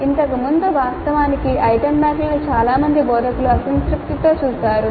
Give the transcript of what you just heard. ఇంతకుముందు వాస్తవానికి ఐటెమ్ బ్యాంకులను చాలా మంది బోధకులు అసంతృప్తితో చూశారు